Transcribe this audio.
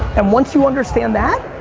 and once you understand that,